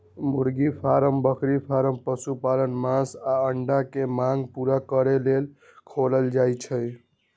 मुर्गी फारम बकरी फारम पशुपालन मास आऽ अंडा के मांग पुरा करे लेल खोलल जाइ छइ